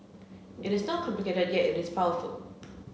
it is not complicated yet it is powerful